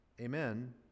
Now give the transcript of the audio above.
Amen